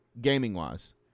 gaming-wise